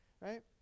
Right